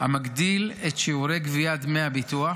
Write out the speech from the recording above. המגדיל את שיעורי גביית דמי הביטוח,